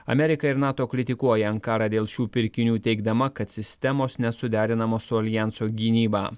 amerika ir nato kritikuoja ankarą dėl šių pirkinių teigdama kad sistemos nesuderinamos su aljanso gynyba